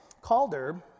Calder